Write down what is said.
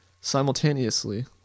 Simultaneously